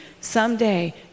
someday